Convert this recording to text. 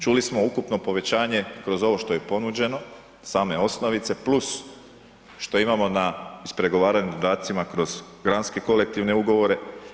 Čuli smo ukupno povećanje kroz ovo što je ponuđeno, same osnovice plus što imamo na ispregovaranim dodacima kroz granske kolektivne ugovore.